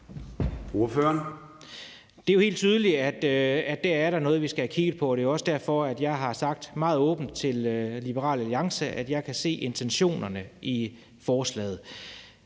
Det er jo helt tydeligt, at der er der noget, vi skal have kigget på. Det er jo også derfor, jeg har sagt meget åbent til Liberal Alliance, at jeg kan se intentionerne i forslaget.